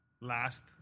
last